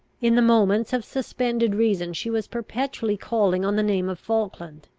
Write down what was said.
in the moments of suspended reason she was perpetually calling on the name of falkland.